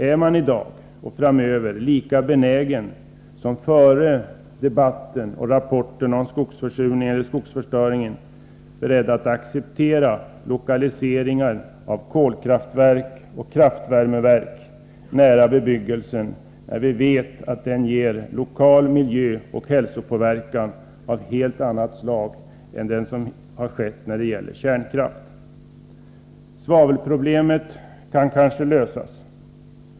Är man i dag och framöver lika benägen som före debatten och rapporterna om skogsförsurningen och skogsförstöringen att acceptera lokaliseringar av kolkraftverk och kraftvärmeverk nära bebyggelsen, när vi vet att de ger lokal miljöoch hälsopåverkan av helt annat slag än vad som har skett när det gäller kärnkraft? Svavelproblemet kan kanske lösas.